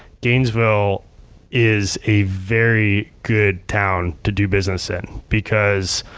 gainesville is a very good town to do business in because